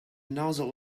nozzle